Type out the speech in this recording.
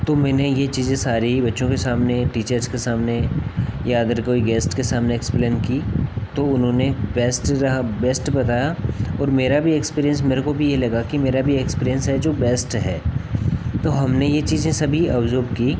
तो मैंने ये चीजें सारी बच्चों के सामने टीचर्स के सामने या अदर कोई गेस्ट के सामने एक्सप्लेन की तो उन्होंने बेस्ट रहा बेस्ट बताया और मेरा भी एक्सपीरिएन्स मेरे को भी ये लगा कि मेरा भी एक्सपीरिएन्स है जो बेस्ट है तो हमने ये चीजें सभी ऑब्जर्व की